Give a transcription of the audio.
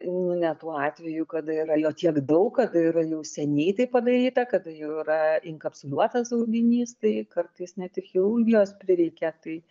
ne tuo atveju kada yra jo tiek daug kad yra jau seniai tai padaryta kada jau yra inkapsuliuotas auginys tai kartais net ir chirurgijos prireikia tai